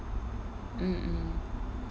mmhmm